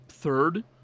Third